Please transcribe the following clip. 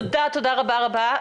תודה רבה רבה,